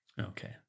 Okay